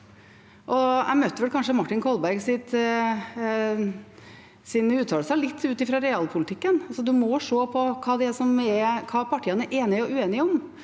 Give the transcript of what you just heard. jeg møtte vel kanskje Martin Kolbergs uttalelser litt ut fra realpolitikken. Man må se på hva partiene er enige og uenige om.